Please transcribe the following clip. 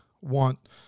want